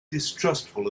distrustful